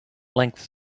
lengths